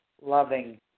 loving